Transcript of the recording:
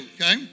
Okay